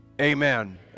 amen